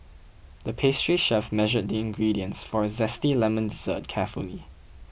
the pastry chef measured the ingredients for a Zesty Lemon Dessert carefully